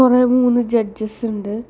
കുറേ മൂന്ന് ജഡ്ജസുണ്ട്